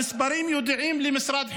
המספרים ידועים למשרד החינוך,